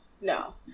no